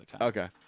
okay